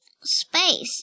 space